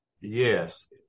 Yes